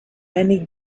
many